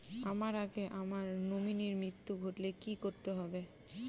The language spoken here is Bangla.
আমার আগে আমার নমিনীর মৃত্যু ঘটলে কি করতে হবে?